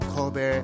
Kobe